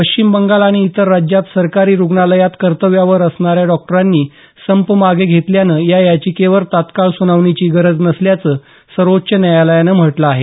पश्चिम बंगाल आणि इतर राज्यात सरकारी रुग्णालयात कर्तव्यावर असणाऱ्या डॉक्टरांनी संप मागं घेतल्यानं या याचिकेवर तत्काळ सुनावणीची गरज नसल्याचं सर्वोच्च न्यायालयानं म्हटलं आहे